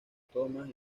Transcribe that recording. thomas